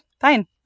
fine